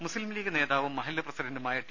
മുസ്ലിം ലീഗ് നേതാവും മഹല്ല് പ്രസിഡന്റുമായ ടി